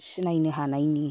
सिनायनो हानायनि